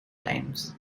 times